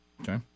Okay